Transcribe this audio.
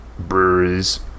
breweries